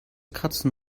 kratzen